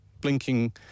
blinking